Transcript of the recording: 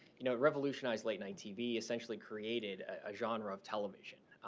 you know, revolutionized late night tv, essentially created a genre of television.